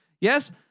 Yes